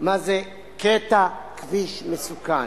מה זה "קטע כביש מסוכן".